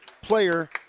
player